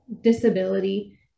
disability